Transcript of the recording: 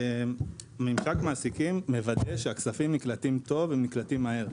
ממשק מעסיקים מוודא שהכספים נקלטים טוב ומהר.